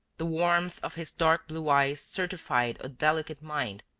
the warmth of his dark-blue eyes certified a delicate mind,